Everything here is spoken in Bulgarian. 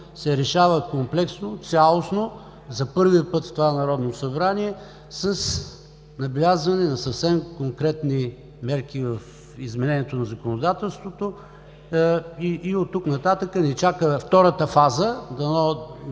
се решава комплексно, цялостно за първи път в това Народно събрание, с набелязване на съвсем конкретни мерки в изменението на законодателството, и от тук нататък ни чака втората фаза.